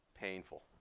painful